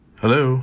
Hello